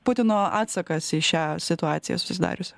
putino atsakas į šią situaciją susidariusią